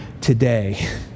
today